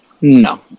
No